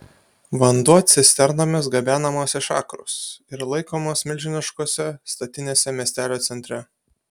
vanduo cisternomis gabenamas iš akros ir laikomas milžiniškose statinėse miestelio centre